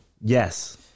Yes